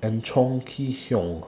and Chong Kee Hiong